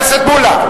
חבר הכנסת מולה.